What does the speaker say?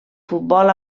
futbol